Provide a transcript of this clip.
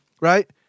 right